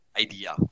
idea